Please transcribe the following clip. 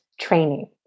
training